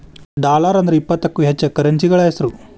dollar ಅಂದ್ರ ಇಪ್ಪತ್ತಕ್ಕೂ ಹೆಚ್ಚ ಕರೆನ್ಸಿಗಳ ಹೆಸ್ರು